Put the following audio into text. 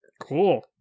Cool